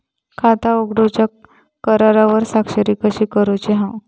खाता उघडूच्या करारावर स्वाक्षरी कशी करूची हा?